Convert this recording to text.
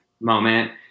moment